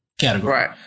category